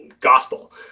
gospel